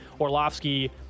Orlovsky